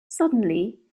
suddenly